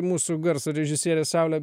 su mūsų garso režisierė saulė